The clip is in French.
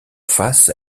face